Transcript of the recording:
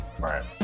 right